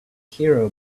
hero